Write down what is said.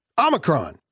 Omicron